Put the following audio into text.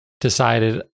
decided